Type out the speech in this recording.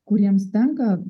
kuriems tenka